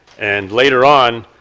and later on,